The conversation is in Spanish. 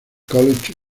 college